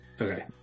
Okay